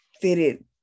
fitted